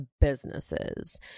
businesses